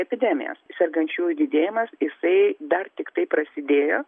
epidemijas sergančiųjų didėjimas jisai dar tiktai prasidėjo